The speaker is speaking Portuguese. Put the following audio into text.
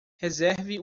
reserve